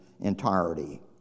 entirety